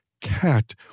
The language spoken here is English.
cat